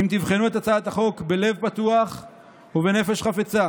אם תבחנו את הצעת החוק בלב פתוח ובנפש חפצה